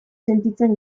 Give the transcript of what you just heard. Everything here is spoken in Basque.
sentitzen